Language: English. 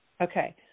Okay